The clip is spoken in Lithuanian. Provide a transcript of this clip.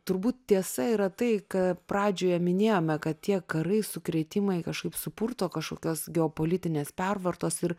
turbūt tiesa yra tai ką pradžioje minėjome kad tie karai sukrėtimai kažkaip supurto kažkokios geopolitinės pervartos ir